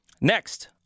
Next